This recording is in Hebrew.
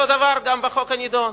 אותו הדבר גם בחוק הנדון.